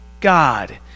god